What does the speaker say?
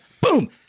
boom